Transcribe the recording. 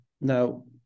Now